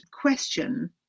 question